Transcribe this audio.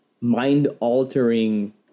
mind-altering